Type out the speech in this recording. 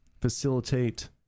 facilitate